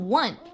one